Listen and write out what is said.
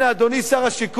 אדוני שר השיכון,